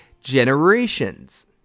Generations